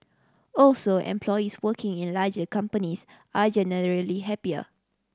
also employees working in larger companies are generally happier